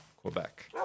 Quebec